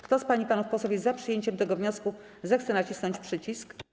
Kto z pań i panów posłów jest za przyjęciem tego wniosku, zechce nacisnąć przycisk.